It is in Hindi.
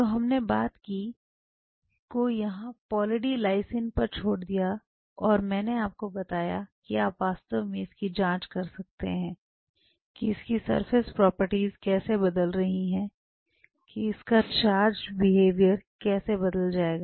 तो हमने बात को यहाँ पॉली डी लाइसिन पर छोड़ दिया और मैंने आपको बताया कि आप वास्तव में इसकी जांच कर सकते हैं कि इसकी सरफेस प्रॉपर्टीज कैसे बदल रही है कि इसका चार्जड बिहेवियर कैसे बदल जाएगा